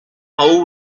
how